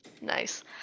Nice